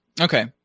Okay